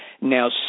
Now